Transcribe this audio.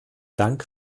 dank